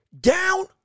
down